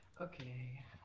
Okay